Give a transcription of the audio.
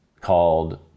called